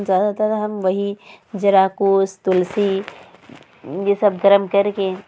زیادہ تر ہم وہی جراکوس تلسی یہ سب گرم کر کے